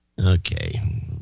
Okay